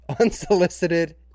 Unsolicited